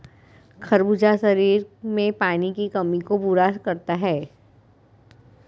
खरबूजा शरीर में पानी की कमी को पूरा करता है